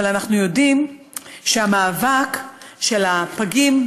אבל אנחנו יודעים שהמאבק של הפגים,